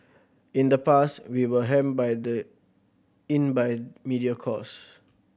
in the past we were hemmed by the in by media cost